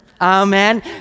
Amen